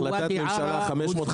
זה בהחלטת ממשלה 550